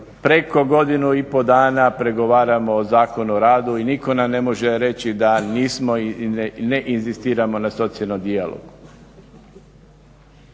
preko godinu i pol dana pregovaramo o Zakonu o radu i nitko nam ne može reći da nismo i ne inzistiramo na socijalnom dijalogu.